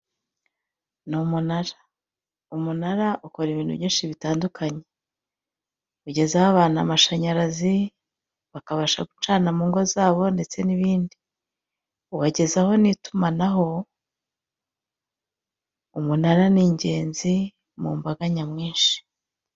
Ni umunara, umunara ukora ibintu byinshi bitandukanye, ugezaho abantu amashanyarazi bakabasha gucana mu ngo zabo ndetse n'ibindi, ubagezaho n'itumanaho, umunara ni ingenzi mu mbaga nyamwinshi.